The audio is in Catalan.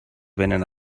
venen